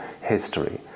history